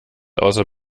außer